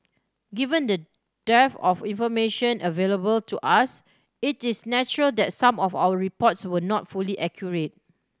given the dearth of information available to us it is natural that some of our reports were not fully accurate